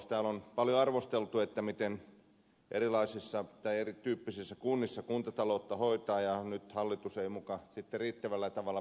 täällä on paljon arvosteltu miten erityyppisissä kunnissa kuntataloutta hoidetaan ja että nyt hallitus ei muka sitten riittävällä tavalla puutu kuntien auttamiseen